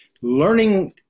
learning